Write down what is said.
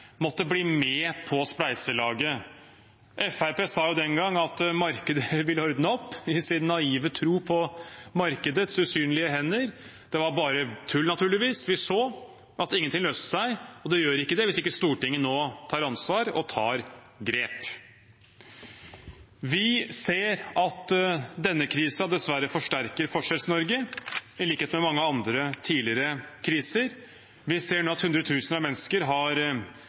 måtte bli med på spleiselaget. Fremskrittspartiet sa den gang at markedet ville ordne opp – i sine naive tro på markedets usynlige hender. Det var bare tull, naturligvis. Vi så at ingenting løste seg, og det gjør det ikke hvis ikke Stortinget nå tar ansvar og tar grep. Vi ser at denne krisen dessverre forsterker Forskjells-Norge, i likhet med mange andre tidligere kriser. Vi ser nå at hundretusener av mennesker har